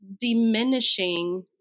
diminishing